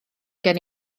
gen